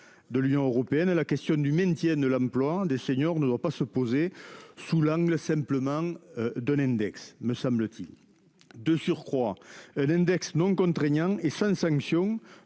De l'Union européenne à la question du maintien de l'emploi des seniors ne doit pas se poser sous l'angle simplement. De l'index me semble-t-il. De surcroît, l'index non contraignant et sans sanction